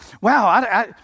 wow